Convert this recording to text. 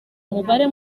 umubare